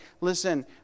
listen